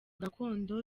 gakondo